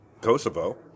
Kosovo